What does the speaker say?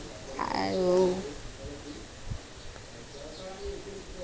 আৰু